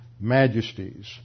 majesties